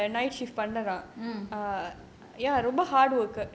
mm